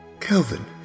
Kelvin